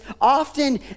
Often